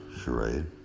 charade